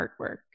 artwork